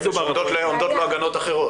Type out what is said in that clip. הוא חולה נפש ועומדות לו הגנות אחרות.